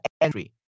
entry